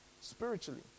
spiritually